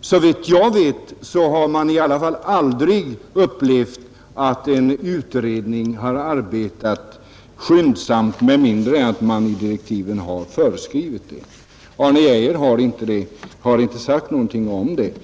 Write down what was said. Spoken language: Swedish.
Såvitt jag vet har man i alla fall aldrig upplevt att en utredning arbetat skyndsamt med mindre än att man i direktiven har föreskrivit det. Arne Geijer har inte heller sagt någonting om det.